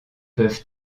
peuvent